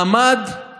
מעמד